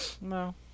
No